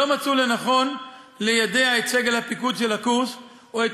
לא מצאו לנכון ליידע את סגל הפיקוד של הקורס או את